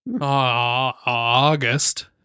August